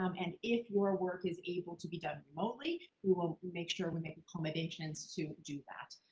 um and if your work is able to be done remotely we'll make sure we make accommodations to do that.